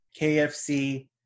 kfc